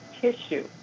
tissue